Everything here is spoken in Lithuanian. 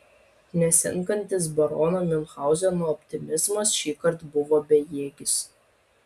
nesenkantis barono miunchauzeno optimizmas šįkart buvo bejėgis